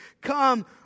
Come